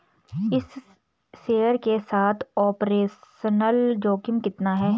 इस शेयर के साथ ऑपरेशनल जोखिम कितना है?